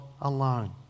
alone